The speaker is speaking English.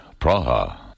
Praha